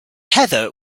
heather